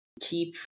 keep